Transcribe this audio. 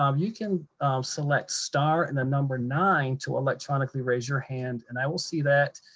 um you can select star and the number nine to electronically raise your hand, and i will see that.